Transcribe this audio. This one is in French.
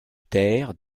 terres